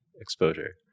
exposure